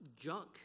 junk